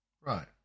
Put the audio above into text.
Right